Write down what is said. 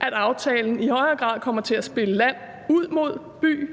at aftalen i højere grad kommer til at spille land ud mod by: